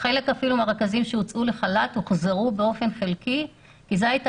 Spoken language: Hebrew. חלק מהרכזים שהוצאו לחל"ת הוחזרו באופן חלקי כי זאת הייתה